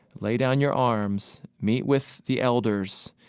lay down your arms, meet with the elders,